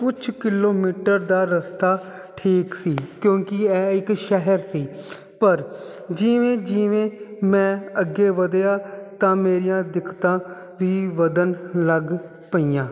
ਕੁਛ ਕਿਲੋਮੀਟਰ ਦਾ ਰਸਤਾ ਠੀਕ ਸੀ ਕਿਉਂਕਿ ਇਹ ਇੱਕ ਸ਼ਹਿਰ ਸੀ ਪਰ ਜਿਵੇਂ ਜਿਵੇਂ ਮੈਂ ਅੱਗੇ ਵਧਿਆ ਤਾਂ ਮੇਰੀਆਂ ਦਿੱਕਤਾਂ ਵੀ ਵਧਣ ਲੱਗ ਪਈਆਂ